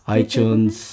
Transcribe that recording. iTunes